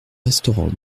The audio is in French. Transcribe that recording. restaurant